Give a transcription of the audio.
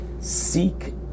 seek